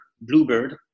Bluebird